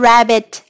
Rabbit